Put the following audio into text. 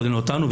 כולל אותנו,